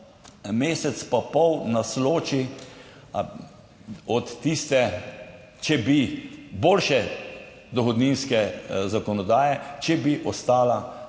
mesec pa pol nas loči od tiste, boljše dohodninske zakonodaje, če bi ostala naša dohodninska